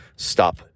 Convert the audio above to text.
stop